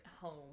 home